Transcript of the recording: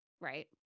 right